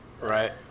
Right